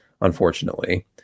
unfortunately